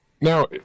Now